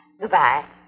Goodbye